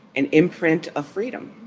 an imprint of freedom